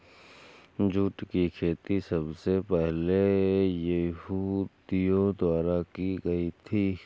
jute की खेती सबसे पहले यहूदियों द्वारा की गयी थी